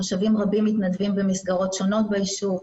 תושבים רבים מתנדבים במסגרות שונות בישוב,